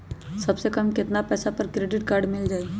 सबसे कम कतना पैसा पर क्रेडिट काड मिल जाई?